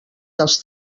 dels